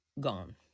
gone